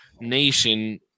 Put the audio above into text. nation